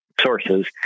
sources